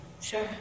Sure